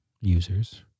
users